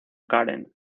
karen